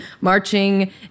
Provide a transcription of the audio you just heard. marching